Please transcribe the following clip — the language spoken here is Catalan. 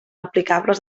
aplicables